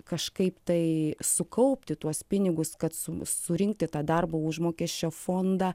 kažkaip tai sukaupti tuos pinigus kad su surinkti tą darbo užmokesčio fondą